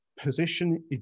position